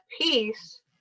peace